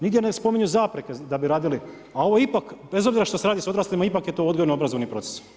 Nigdje ne spominju zapreke da bi radili, a ovo ipak, bez obzira što se radi s odraslima, ipak je to odgojno-obrazovni proces.